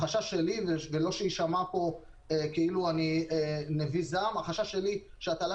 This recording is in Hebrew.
החשש שלי ולא שיישמע פה כאילו אני נביא זעם הוא שהטלת